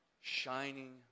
shining